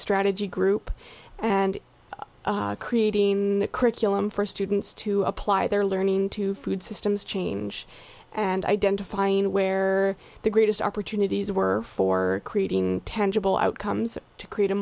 strategy group and creating a curriculum for students to apply their learning to food systems change and identifying where the greatest opportunities were for creating tension will outcomes to create a